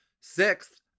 Sixth